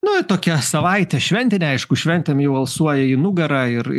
nu tokia savaitė šventinė aišku šventėm jau alsuoja į nugarą ir